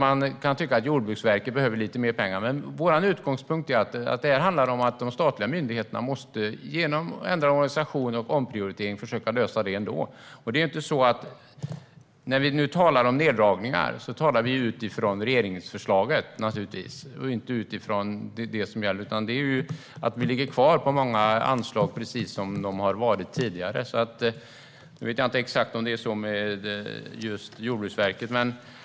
Man kan tycka att Jordbruksverket behöver mer pengar. Men vår utgångspunkt är att de statliga myndigheterna måste försöka lösa detta ändå genom ändrad organisation och omprioritering. När vi talar om neddragningar utgår vi från regeringsförslaget. Men många av Liberalernas anslag ligger kvar på samma summor som tidigare. Jag vet dock inte om det är så med just Jordbruksverket.